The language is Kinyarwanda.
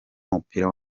w’umupira